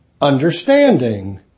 understanding